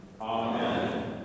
Amen